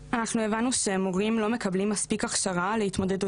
אנחנו הבנו שמורים לא מקבלים מספיק הכשרה להתמודדות